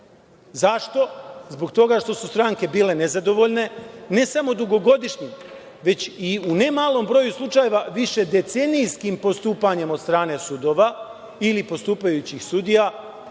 Zašto? Zbog toga što su stranke bile nezadovoljne ne samo u dugogodišnjim, nego i u ne malom broju slučajeva višedecenijskim postupanjem od strane sudova ili postupajućih sudija